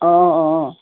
অঁ অঁ